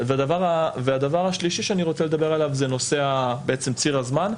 הדבר השלישי שאני רוצה לדבר עליו הוא ציר הזמן.